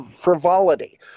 frivolity